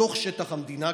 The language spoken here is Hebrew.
בתוך שטח המדינה,